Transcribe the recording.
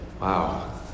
Wow